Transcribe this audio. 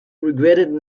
regretted